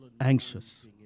anxious